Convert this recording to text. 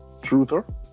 truther